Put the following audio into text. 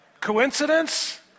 Coincidence